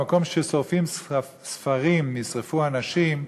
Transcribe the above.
במקום ששורפים ספרים ישרפו אנשים,